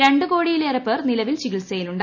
രണ്ടുകോടിയിലേറെ പേർ നിലവിൽ ചികിത്സയിലുണ്ട്